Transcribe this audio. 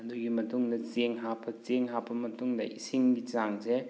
ꯑꯗꯨꯒꯤ ꯃꯇꯨꯡꯗ ꯆꯦꯡ ꯍꯥꯞꯄ ꯆꯦꯡ ꯍꯥꯞꯄ ꯃꯇꯨꯡꯗ ꯏꯁꯤꯡꯒꯤ ꯆꯥꯡꯁꯦ